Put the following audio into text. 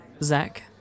Zach